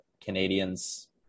canadians